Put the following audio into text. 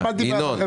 טיפלתי בהם.